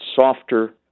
softer